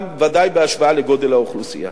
גם ודאי שבהשוואה לגודל האוכלוסייה.